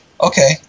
Okay